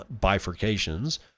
Bifurcations